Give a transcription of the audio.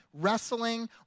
wrestling